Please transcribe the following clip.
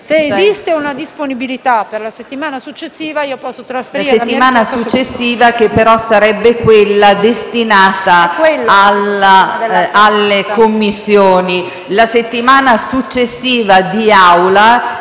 Se esiste una disponibilità per la settimana successiva, posso rimandare la mia